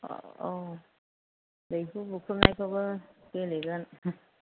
औ दैहु बुख्रुबनायखौबो गेलेगोन